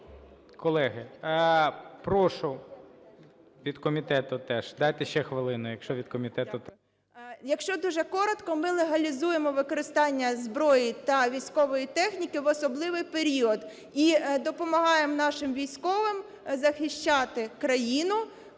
колеги… прошу. Від комітету теж дайте ще хвилину, якщо від комітету. 17:20:41 БЕЗУГЛА М.В. Дякую. Якщо дуже коротко, ми легалізуємо використання зброї та військової техніки в особливий період. І допомагаємо нашим військовим захищати країну